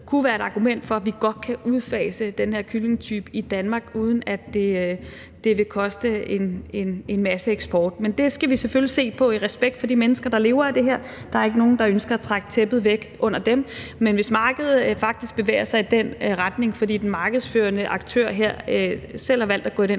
kunne være et argument for, at vi godt kan udfase den her kyllingetype i Danmark, uden at det vil koste en masse eksport. Men det skal vi selvfølgelig se på i respekt for de mennesker, der lever af det her – der er ikke nogen, der ønsker at trække tæppet væk under dem. Men hvis markedet faktisk bevæger sig i den retning, fordi en markedsførende aktør her selv har valgt at gå i